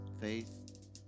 Faith